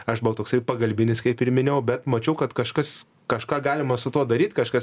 aš buvau toksai pagalbinis kaip ir minėjau bet mačiau kad kažkas kažką galima su tuo daryt kažkas